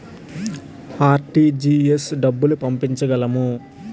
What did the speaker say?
RTGS డబ్బులు పంపించగలము?